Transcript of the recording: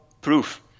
proof